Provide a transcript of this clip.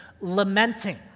lamenting